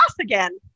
again